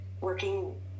working